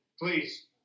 please